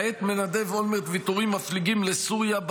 כעת מנדב אולמרט ויתורים מפליגים לסוריה,